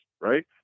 right